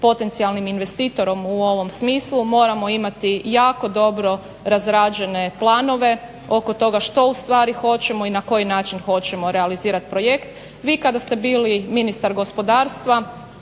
potencijalnim investitorom u ovom smislu, moramo imati jako dobro razrađene planove oko toga što ustvari hoćemo i na koji način hoćemo realizirat projekt. Vi kada ste bili ministar gospodarstva